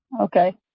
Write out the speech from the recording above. Okay